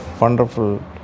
wonderful